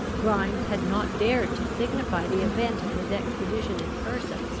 grimes had not dared to signify the event of his expedition in person,